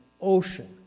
ocean